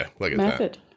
method